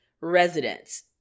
residents